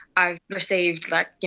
i've received, like you